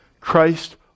Christ